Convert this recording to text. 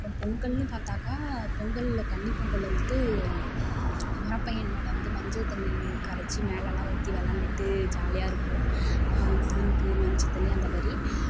அப்புறம் பொங்கல்னு பார்த்தாக்கா பொங்கலில் கன்னி பொங்கல் வந்துட்டு முறை பையன் மேலே வந்து மஞ்சள் தண்ணி கரைச்சு மேலெலாம் ஊற்றி விளையாண்டுகிட்டு ஜாலியாக இருக்கும் இங்க் மஞ்சள் தண்ணி அந்த மாதிரி